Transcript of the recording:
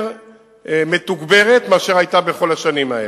יותר מתוגברת מאשר היתה בכל השנים האלה.